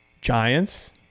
Giants